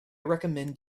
recommend